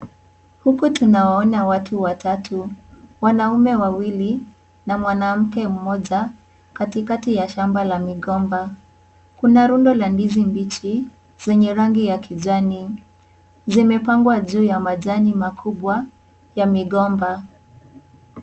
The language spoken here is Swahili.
Huku tunawaona watu watatu, wanaume wawili na mwanamke mmoja katikati ya shamba la migomba. Kuna rundo la ndizi mbichi zenye rangi ya kijani zimepangwa juu ya majani makubwa ya migomba.